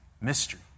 mystery